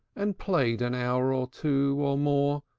and played an hour or two, or more,